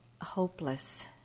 hopeless